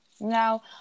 Now